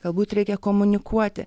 galbūt reikia komunikuoti